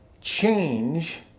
change